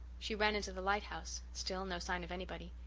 she ran into the lighthouse. still, no sign of anybody.